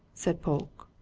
said polke.